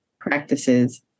practices